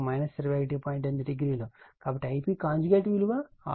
80 కాబట్టి Ip విలువ 6